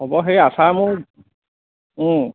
হ'ব হেই আচাৰ মোৰ